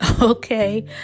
Okay